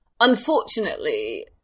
Unfortunately